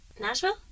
nashville